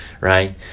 right